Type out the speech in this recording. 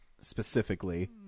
specifically